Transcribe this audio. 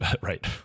right